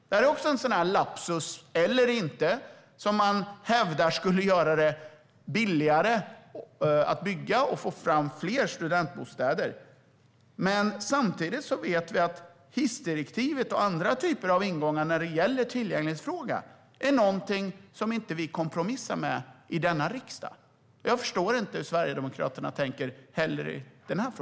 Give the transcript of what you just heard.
Det är också en lapsus - eller inte - som de hävdar skulle göra det billigare att bygga och få fram fler studentbostäder. Samtidigt vet vi att hissdirektivet och andra typer av ingångar när det gäller tillgänglighetsfrågan är något som vi inte kompromissar med i denna riksdag. Jag förstår inte hur Sverigedemokraterna tänker i den frågan heller.